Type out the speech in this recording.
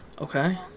Okay